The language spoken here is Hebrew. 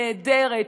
נהדרת,